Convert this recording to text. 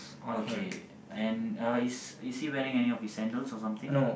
okay and uh is is he wearing any of his sandals or something